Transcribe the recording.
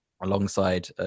alongside